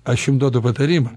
aš jum duodu patarimą